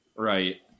Right